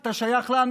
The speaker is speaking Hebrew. אתה שייך לנו,